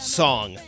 song